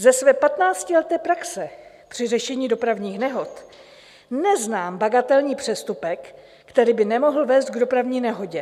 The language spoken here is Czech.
Ze své patnáctileté praxe při řešení dopravních nehod neznám bagatelní přestupek, který by nemohl vést k dopravní nehodě.